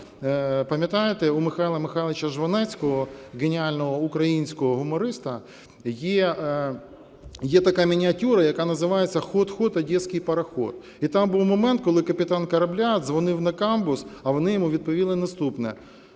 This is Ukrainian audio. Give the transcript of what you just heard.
пам'ятаєте, у Михайла Михайловича Жванецького, геніального українського гумориста, є така мініатюра, яка називається "Ход, ход... Одесский пароход". І там був момент, коли капітан корабля дзвонив на камбуз, а вони йому відповіли наступне: